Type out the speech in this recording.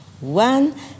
One